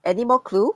any more clue